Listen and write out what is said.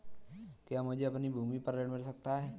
क्या मुझे अपनी भूमि पर ऋण मिल सकता है?